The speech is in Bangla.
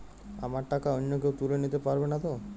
আমার টাকা অন্য কেউ তুলে নিতে পারবে নাতো?